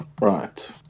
Right